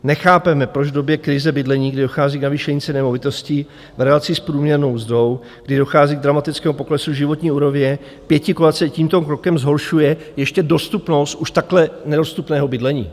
Nechápeme, proč v době krize bydlení, kdy dochází k navýšení ceny nemovitostí v relace s průměrnou mzdou, kdy dochází k dramatickému poklesu životní úrovně, pětikoalice tímto krokem zhoršuje ještě dostupnost už takto nedostupného bydlení.